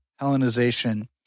Hellenization